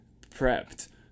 prepped